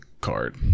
card